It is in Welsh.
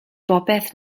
bopeth